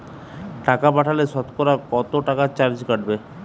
টাকা পাঠালে সতকরা কত টাকা চার্জ কাটবে?